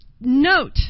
note